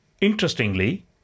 Interestingly